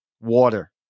water